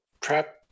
trap